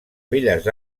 belles